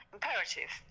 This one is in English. imperative